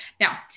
Now